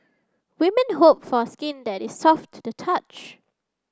women hope for skin that is soft to the touch